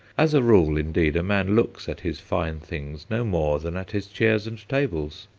as a rule, indeed, a man looks at his fine things no more than at his chairs and tables.